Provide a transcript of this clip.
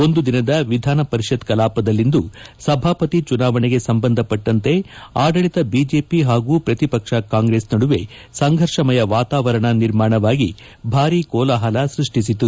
ಒಂದು ದಿನದ ವಿಧಾನಪರಿಷತ್ ಕಲಾಪದಲ್ಲಿಂದು ಸಭಾಪತಿ ಚುನಾವಣೆಗೆ ಸಂಬಂಧಪಟ್ಟಂತೆ ಆಡಳಿತ ಬಿಜೆಪಿ ಹಾಗೂ ಪ್ರತಿಪಕ್ಷ ಕಾಂಗ್ರೆಸ್ ನಡುವೆ ಸಂಘರ್ಷಮಯ ವಾತಾವರಣ ನಿರ್ಮಾಣವಾಗಿ ಭಾರೀ ಕೋಲಾಹಲ ಸೃಷ್ಟಿಸಿತು